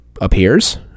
appears